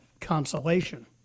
consolation